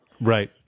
Right